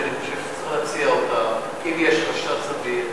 שאני חושב שצריך להציע אם יש חשד סביר.